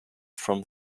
from